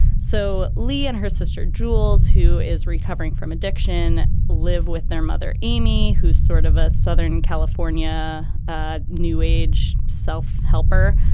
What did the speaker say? so lee and her sister jules who is recovering from addiction live with their mother amy who's sort of a southern california ah new age self helper.